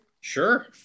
Sure